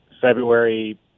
february